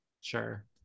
sure